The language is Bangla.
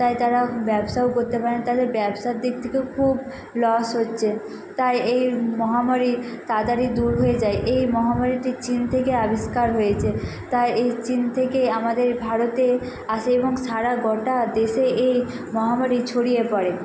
তাই তারা ব্যবসাও করতে পারে না তাদের ব্যবসার দিক থেকেও খুব লস হচ্ছে তাই এর মহামারী তাড়াতাড়ি দূর হয়ে যায় এই মহামারীটি চীন থেকে আবিষ্কার হয়েছে তাই এই চীন থেকে আমাদের ভারতে আসে এবং সারা গোটা দেশে এই মহামারী ছড়িয়ে পড়ে